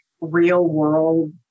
real-world